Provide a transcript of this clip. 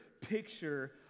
picture